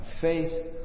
Faith